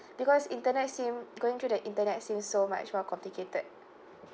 because internet seem going through the internet seems so much more complicated